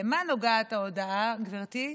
למה נוגעת ההודעה, גברתי?